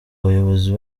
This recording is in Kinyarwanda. abayobozi